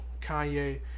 Kanye